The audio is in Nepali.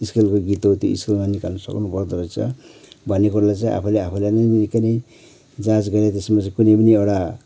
स्केलको गीत हो स्केलमा निकालनु सक्नु पर्दो रहेछ भन्ने कुरोलाई चाहिँ आफूले आफैँलाई नै निकै नै जाँच गरेँ त्यसमा चाहि कुनैपनि एउटा